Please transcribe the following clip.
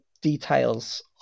details